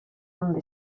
donde